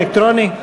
אלקטרוני?